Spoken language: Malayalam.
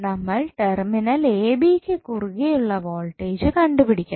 നമ്മൾ ടെർമിനൽ എ ബി ക്ക് കുറുകെയുള്ള വോൾട്ടേജ് കണ്ടുപിടിക്കണം